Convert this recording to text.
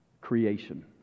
creation